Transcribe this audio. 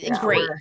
Great